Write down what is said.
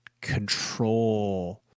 control